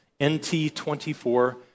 NT24